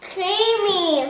Creamy